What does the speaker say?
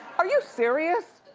are you serious?